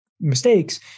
mistakes